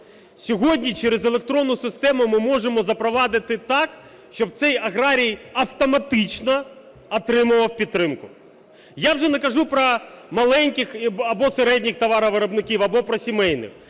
Сьогодні через електронну систему ми можемо запровадити так, щоб цей аграрій автоматично отримував підтримку. Я вже не кажу про маленьких або середніх товаровиробників, або про сімейних.